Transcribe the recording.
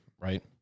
Right